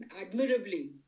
admirably